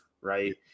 Right